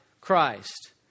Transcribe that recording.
Christ